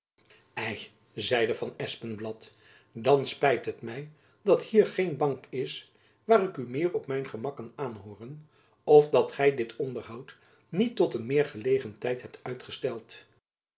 ei zeide van espenblad dan spijt het my dat hier geen bank is waar ik u meer op mijn gemak kan aanhooren of dat gy dit onderhoud niet tot een meer gelegen tijd hebt uitgesteld